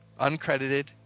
Uncredited